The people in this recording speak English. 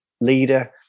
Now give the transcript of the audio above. leader